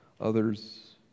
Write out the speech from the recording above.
others